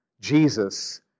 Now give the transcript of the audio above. Jesus